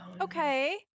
Okay